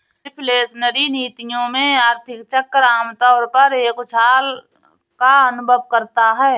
reflationary नीतियों में, आर्थिक चक्र आम तौर पर एक उछाल का अनुभव करता है